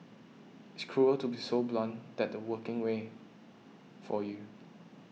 it's cruel to be so blunt that the working way for you